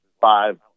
five